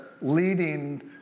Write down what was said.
leading